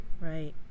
right